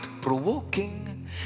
provoking